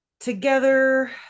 Together